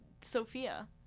Sophia